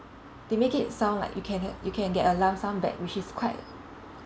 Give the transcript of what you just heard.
they make it sound like you can ha~ you can get a lump sum back which is quite